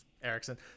erickson